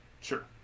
Sure